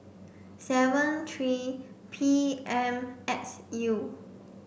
seven three P M X U